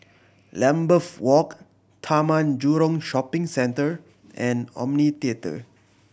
Lambeth Walk Taman Jurong Shopping Centre and Omni Theatre